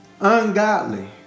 ungodly